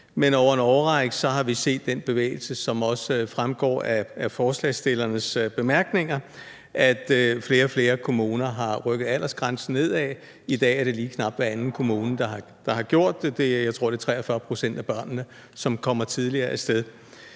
men over en årrække har vi set den bevægelse, som også fremgår af forslagsstillernes bemærkninger, nemlig at flere og flere kommuner har rykket aldersgrænsen nedad. I dag er det lige knap hver anden kommune, der har gjort det – jeg tror, det er 43 pct. af børnene, som kommer tidligere af sted.